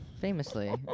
Famously